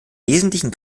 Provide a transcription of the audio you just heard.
wesentlichen